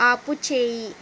ఆపుచేయి